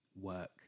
work